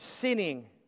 sinning